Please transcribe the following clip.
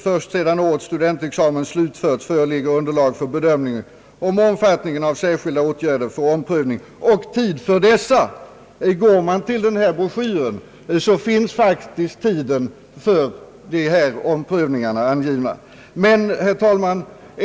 Först sedan årets studentexamen slutförts föreligger, sade han, underlag för bedömning av omfattningen av särskilda åtgärder för omprövning och tid för dessa. Går man till denna broschyr finns faktiskt tiden för dessa omprövningar angiven. Herr talman!